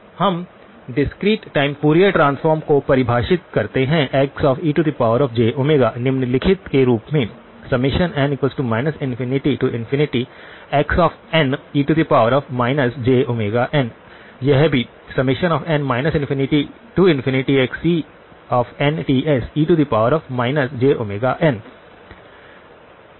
हम discrete time Fourier transform को परिभाषित करते हैं Xejω निम्नलिखित के रूप में n ∞xne jωn यह भी n ∞∞ xcnTse jωn लिखा जा सकता है